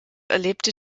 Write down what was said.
erlebte